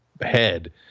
head